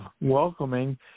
welcoming